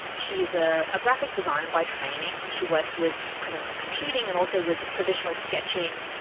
she's a graphic designer by training, she works with kind of computing and also with the traditional sketching,